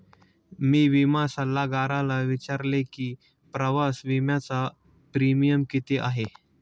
मी विमा सल्लागाराला विचारले की प्रवास विम्याचा प्रीमियम किती आहे?